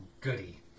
goody